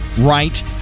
right